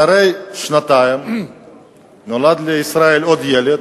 אחרי שנתיים נולד לישראל עוד ילד.